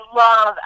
love